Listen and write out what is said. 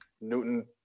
Newton